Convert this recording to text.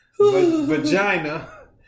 Vagina